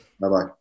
Bye-bye